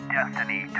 Destiny